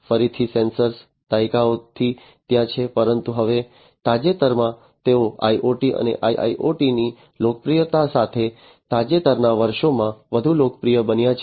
ફરીથી સેન્સર દાયકાઓથી ત્યાં છે પરંતુ હવે તાજેતરમાં તેઓ IoT અને IIoTની લોકપ્રિયતા સાથે તાજેતરના વર્ષોમાં વધુ લોકપ્રિય બન્યા છે